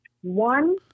one